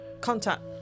contact